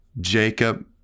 Jacob